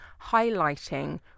highlighting